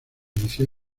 inició